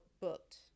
booked